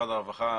משרד הרווחה,